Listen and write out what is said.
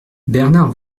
bernard